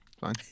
fine